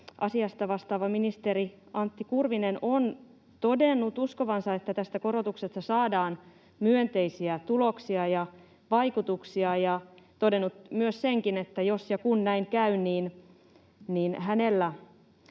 asiasta vastaava ministeri Antti Kurvinen on todennut uskovansa, että tästä korotuksesta saadaan myönteisiä tuloksia ja vaikutuksia, ja hän on todennut myös senkin, että jos ja kun näin käy, hänellä